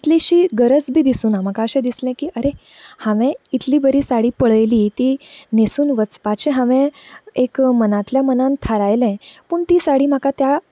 इतली शी गरज बी दिसूंक ना म्हाका अशें दिसलें की आरे हांवे इतली बरी साडी पळयली ती न्हेसून वचपाचें हांवें एक मनांतल्या मनांत थारायलें पूण ती साडी म्हाका त्या